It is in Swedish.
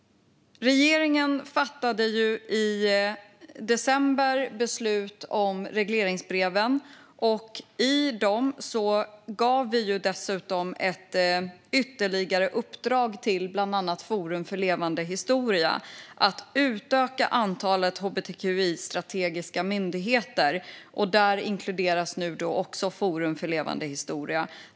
Regeringen fattade i december beslut om regleringsbreven. I dem gav vi dessutom ett ytterligare uppdrag att utöka antalet hbtqi-strategiska myndigheter, och där inkluderas nu också Forum för levande historia.